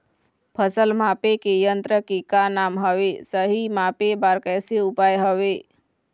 फसल मापे के यन्त्र के का नाम हवे, सही मापे बार कैसे उपाय हवे?